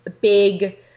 big